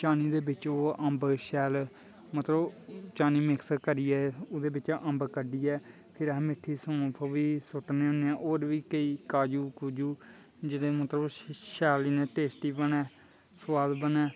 चानी दे बिच्च ओह् अम्ब शैल मतलब चानी मिक्स करियै ओह्दे बिचा अम्ब कड्ढियै फिर अस मिट्ठी सोफ ओह् बी सुट्टनें होन्ने आं बिच्च बी केईं काजू कुजू जेह्ड़े मतलब शैल टेस्टी बनै सोआद बनै